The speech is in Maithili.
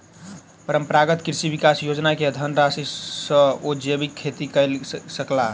परंपरागत कृषि विकास योजना के धनराशि सॅ ओ जैविक खेती कय सकला